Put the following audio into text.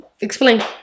Explain